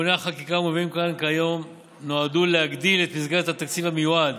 תיקוני החקיקה המובאים כאן היום נועדו להגדיל את מסגרת התקציב המיועד